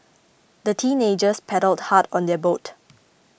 the teenagers paddled hard on their boat